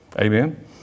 Amen